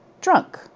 drunk